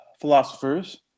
philosophers